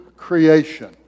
creation